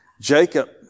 Jacob